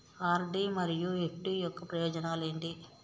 RD మరియు FD యొక్క ప్రయోజనాలు ఏంటి?